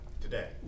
today